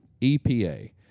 EPA